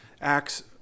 Acts